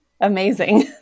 Amazing